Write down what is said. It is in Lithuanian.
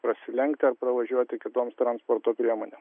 prasilenkti ar pravažiuoti kitoms transporto priemonėm